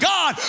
God